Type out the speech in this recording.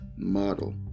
model